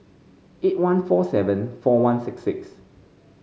eight one four seven four one six six